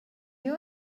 you